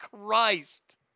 Christ